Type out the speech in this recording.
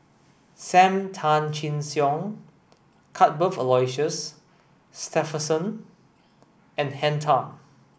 Sam Tan Chin Siong Cuthbert Aloysius Shepherdson and Henn Tan